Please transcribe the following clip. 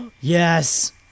Yes